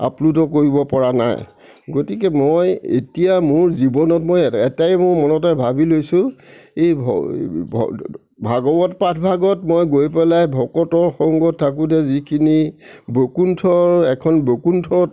আপ্লুত কৰিবপৰা নাই গতিকে মই এতিয়া মোৰ জীৱনত মই এটাই মোৰ মনতে ভাবি লৈছোঁ এই ভাগৱত পাঠভাগত মই গৈ পেলাই ভকতৰ সংগত থাকোঁতে যিখিনি বৈকুণ্ঠৰ এখন বৈকুণ্ঠত